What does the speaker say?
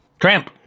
Tramp